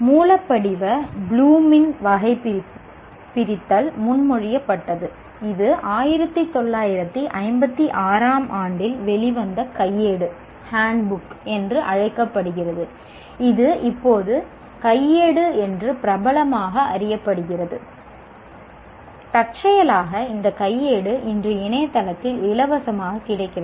மூலப்படிவ ப்ளூமின் வகைபிரித்தல் முன்மொழியப்பட்டது இது 1956 ஆம் ஆண்டில் வெளிவந்த கையேடு என்று அழைக்கப்படுகிறது இது இப்போது கையேடு என்று பிரபலமாக அறியப்படுகிறது தற்செயலாக இந்த கையேடு இன்று இணையத்தில் இலவசமாக கிடைக்கிறது